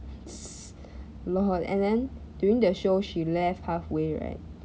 s~ lol and then during that show she left halfway right